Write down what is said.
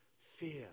Fear